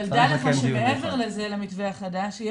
אבל דע לך שמעבר למתווה החדש,